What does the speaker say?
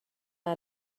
چرا